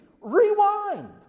Rewind